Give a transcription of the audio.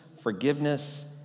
forgiveness